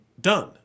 done